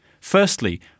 Firstly